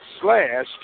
slash